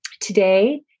Today